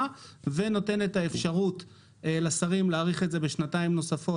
ונותנת אפשרות לשרים להאריך את זה בשנתיים נוספות,